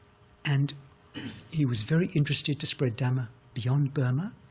and he was very interested to spread dhamma beyond burma.